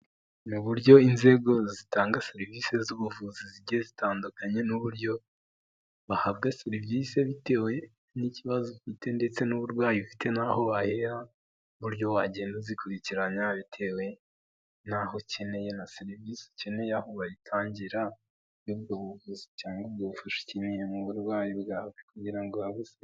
niuburyo inzego zitanga serivisi z'ubuvuzi zigiye zitandukanye n'uburyo bahabwa serivisi bitewe n'ikibazo ufite, ndetse n'uburwayi ufite, naho'aho wahera buryo wagenda uzikurikirana bitewe n'aho ukeneye na serivisi ukeneye aho bayitangira bwozitanga ubufashakeneye mu burwayi bwawe kugira habuze.